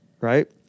right